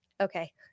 Okay